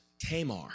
tamar